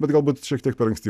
bet galbūt šiek tiek per ankstyva